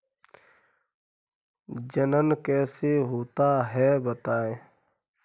जनन कैसे होता है बताएँ?